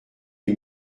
les